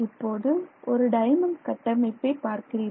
இப்போது ஒரு டயமண்ட் கட்டமைப்பை பார்க்கிறீர்கள்